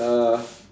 uh